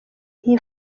iyi